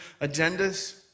agendas